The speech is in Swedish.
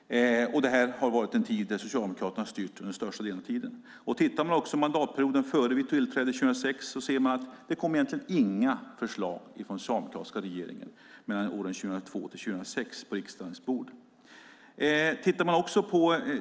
Socialdemokraterna styrde under största delen av denna tid. Tittar man på mandatperioden 2002-2006, innan vi tillträdde, kom det egentligen inga förslag från den socialdemokratiska regeringen på riksdagens bord.